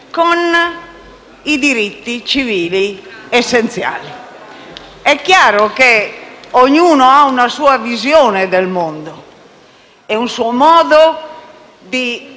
con i diritti civili essenziali. È chiaro che ognuno ha una sua visione del mondo e un suo modo